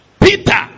Peter